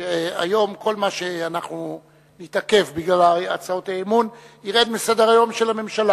שכל מה שנתעכב בו בגלל הצעות האי-אמון ירד מסדר-היום של הממשלה.